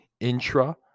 intra